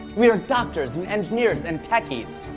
we are doctors and engineers and techies.